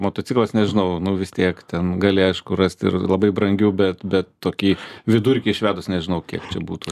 motociklas nežinau nu vis tiek ten gali aišku rasti ir labai brangių bet bet tokį vidurkį išvedus nežinau kiek čia būtų